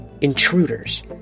Intruders